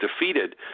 defeated